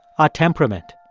our temperament,